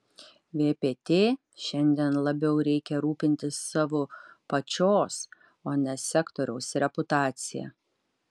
vpt šiandien labiau reikia rūpintis savo pačios o ne sektoriaus reputacija